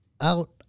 out